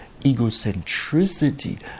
egocentricity